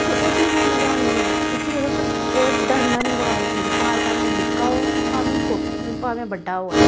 ते ओह् चीज होनी गै होनी ऐ उसी ओह्दे उप्पर डरना निं कुसै बी चीज प्हाड़ भामें निक्का होऐ भामें छो भामें बड्डा होऐ